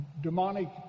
demonic